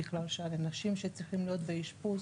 בגלל שאנשים שצריכים להיות באשפוז